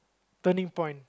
turning point